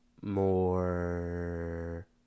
more